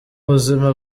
buzima